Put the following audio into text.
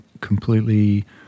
completely